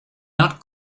not